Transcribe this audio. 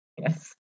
Yes